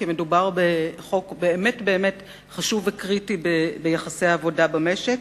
שכן מדובר בחוק באמת חשוב וקריטי ביחסי עבודה במשק.